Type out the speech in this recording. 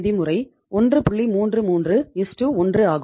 331 ஆகும்